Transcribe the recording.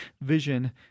vision